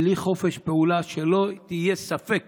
בלי חופש פעולה, שלא יהיה ספק